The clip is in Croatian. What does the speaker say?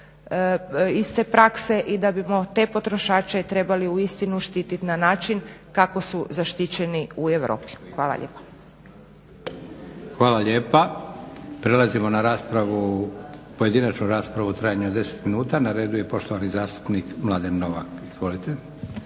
iste prakse i da bimo te potrošače trebali uistinu štititi na način kako su zaštićeni u Europi. Hvala lijepa. **Leko, Josip (SDP)** Hvala lijepa. Prelazimo na pojedinačnu raspravu u trajanju od 10 minuta. Na redu je poštovani zastupnik Mladen Novak. Izvolite.